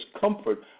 comfort